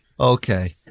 Okay